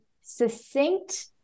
succinct